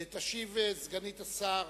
תשיב סגנית שר